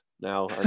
now